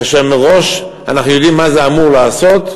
כאשר מראש אנחנו יודעים מה זה אמור לעשות,